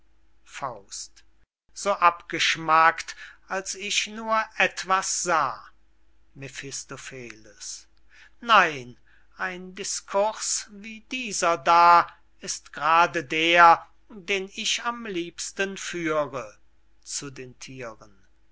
thiere so abgeschmackt als ich nur jemand sah mephistopheles nein ein discours wie dieser da ist g'rade der den ich am liebsten führe zu den thieren